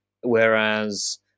whereas